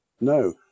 No